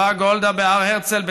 ניצבה גולדה בהר הרצל,